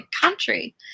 country